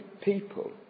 people